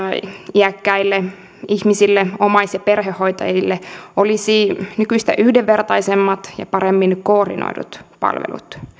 iäkkäille ihmisille omais ja perhehoitajille olisi nykyistä yhdenvertaisemmat ja paremmin koordinoidut palvelut